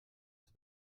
ist